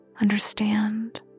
understand